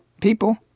people